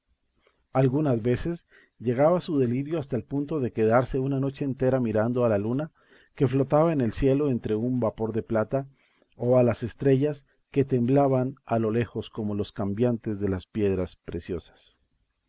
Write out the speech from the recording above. algunas veces llegaba su delirio hasta el punto de quedarse una noche entera mirando a la luna que flotaba en el cielo entre un vapor de plata o a las estrellas que temblaban a lo lejos como los cambiantes de las piedras preciosas